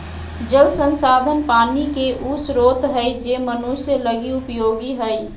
जल संसाधन पानी के उ स्रोत हइ जे मनुष्य लगी उपयोगी हइ